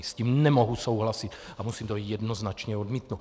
S tím nemohu souhlasit a musím to jednoznačně odmítnout!